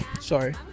sorry